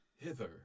hither